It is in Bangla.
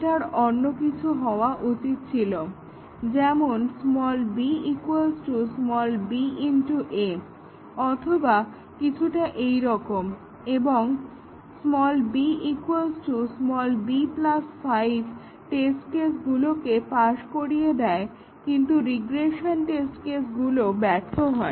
এটার অন্যকিছু হওয়া উচিত ছিল যেমন b b a অথবা কিছুটা এইরকম এবং b b 5 টেস্ট কেসগুলোকে পাস করিয়ে দেয় কিন্তু রিগ্রেশন টেস্ট কেসগুলো ব্যর্থ হয়